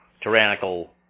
tyrannical